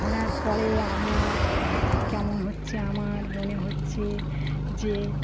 ঘরার পরে আমার কেমন হচ্ছে আমার মনে হচ্ছে যে